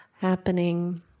happening